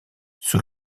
sous